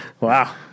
Wow